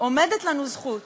עומדת לנו זכות